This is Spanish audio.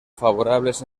favorables